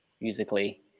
musically